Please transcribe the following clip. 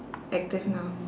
active now